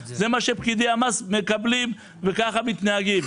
זה מה שפקידי המס מקבלים וככה מתנהגים.